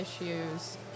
issues